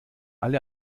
alle